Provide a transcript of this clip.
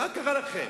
מה קרה לכם?